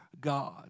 God